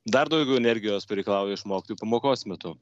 dar daugiau energijos pareikalauja iš mokytojų pamokos metu